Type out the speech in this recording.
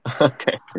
Okay